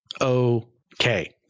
okay